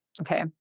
okay